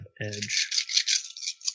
edge